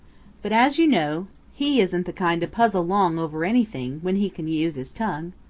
but as you know he isn't the kind to puzzle long over anything when he can use his tongue.